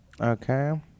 Okay